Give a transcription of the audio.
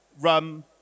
rum